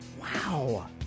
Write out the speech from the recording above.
Wow